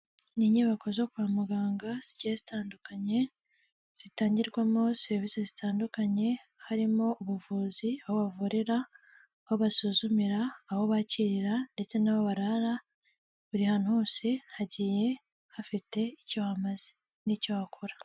Ni inyubako zo kwa muganga zigiye zitandukanye zitangirwamo serivisi zitandukanye, harimo: ubuvuzi aho bavurira, aho basuzumira, aho bakirira ndetse n'aho barara, buri hantu hose hagiye hafite icyo hamaze n'icyo hakora.